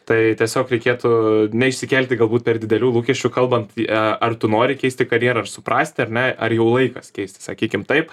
tai tiesiog reikėtų neišsikelti galbūt per didelių lūkesčių kalbant a ar tu nori keisti karjerą ir suprasti ar ne ar jau laikas keisti sakykim taip